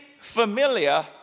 familiar